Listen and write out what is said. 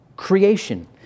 creation